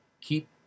keep